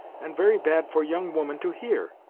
and very bad for young woman to hear!